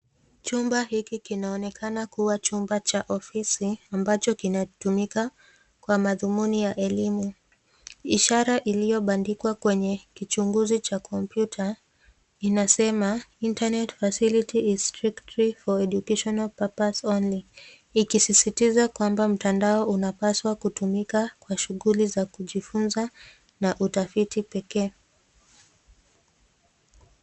Chumba hiki kinaonekana kuwa chumba cha ofisi, ambacho kinatumika kwa madhumuni ya elimu. Ishara iliyobadikwa kwenye kichunguzi cha computer,(cs), inasema Internet facility is strictly for education purpose only,(cs), ikisisitiza kwamba mtandao unapaswa kutumika kwa shunguli za kujifunza na utafiti pekee.